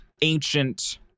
ancient